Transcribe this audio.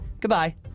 Goodbye